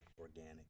organic